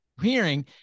hearing